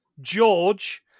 George